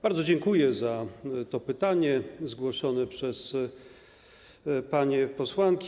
Bardzo dziękuję za to pytanie zgłoszone przez panie posłanki.